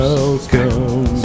Welcome